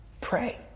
pray